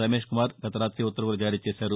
రమేష్కుమార్ గత రాతి ఉత్తర్వులు జారీచేశారు